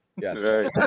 Yes